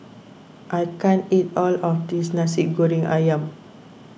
I can't eat all of this Nasi Goreng Ayam